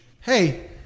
hey